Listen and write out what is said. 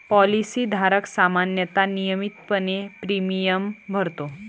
policy धारक सामान्यतः नियमितपणे प्रीमियम भरतो